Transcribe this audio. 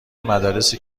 مدارس